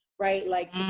right. like,